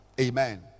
Amen